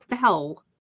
fell